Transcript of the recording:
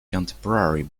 contemporary